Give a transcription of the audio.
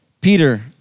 Peter